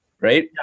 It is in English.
right